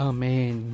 Amen